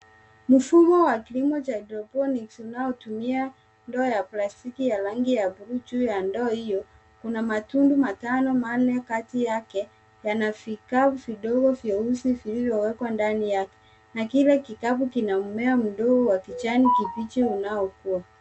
Mfumo wa kilimo cha hydroponics unaotumia ndoo ya plastiki ya rangi ya buluu. Juu ya ndoo hiyo, kuna matundu matano, manne kati yake yana vikapu vidogo vyeusi vilivyowekwa ndani yake na kila kikapu kina mmea mdogo wa kijani kibichi unaokua.